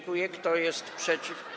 Kto jest przeciw?